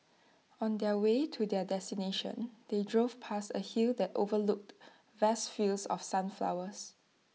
on the way to their destination they drove past A hill that overlooked vast fields of sunflowers